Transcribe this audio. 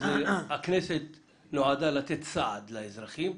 אז הכנסת נועדה לתת סעד לאזרחים,